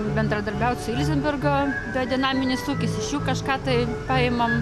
bendradarbiauti su ilzenbergo biodinaminis ūkis iš jų kažką tai paimam